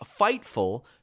Fightful